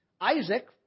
Isaac